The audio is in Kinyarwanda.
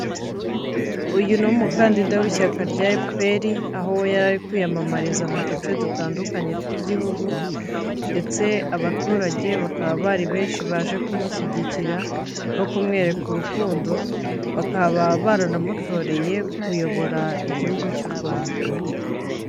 Uyu ni umukandida w'ishyaka rya FPR, aho yari ari kwiyamamariza mu duce dutandukanye tw'igihugu ndetse abaturage bakaba bari benshi baje kumushyigikira no kumwereka urukundo, bakaba baranamutoreye kuyobora igihugu cy'u Rwanda.